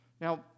Now